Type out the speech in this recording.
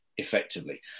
effectively